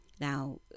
Now